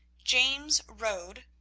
james rode,